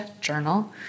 journal